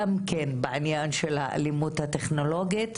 גם כן בעניין של האלימות הטכנולוגית,